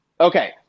Okay